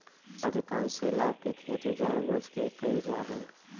अधिकांश शैवाल के खेती जानबूझ के कइल जा हइ